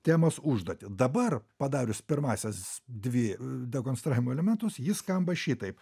temos užduotį dabar padarius pirmąsias dvi dekonstravimo elementus ji skamba šitaip